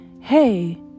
hey